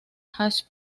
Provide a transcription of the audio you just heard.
hash